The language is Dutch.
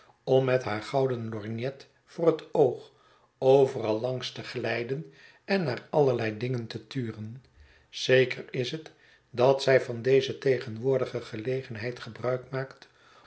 om met haar gouden lorgnet voor het oog overal langs te glijden en naar allerlei dingen te turen zeker is het dat zij van deze tegenwoordige gelegenheid gebruik